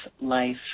life